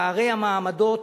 פערי המעמדות